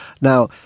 Now